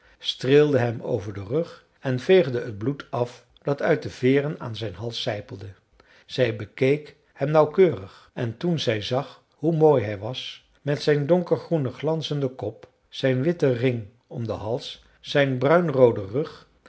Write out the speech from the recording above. streelde hem over den rug en veegde het bloed af dat uit de veeren aan zijn hals sijpelde zij bekeek hem nauwkeurig en toen zij zag hoe mooi hij was met zijn donkergroenen glanzenden kop zijn witte ring om den hals zijn bruinrooden rug